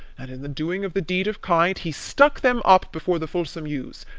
and, in the doing of the deed of kind, he stuck them up before the fulsome ewes,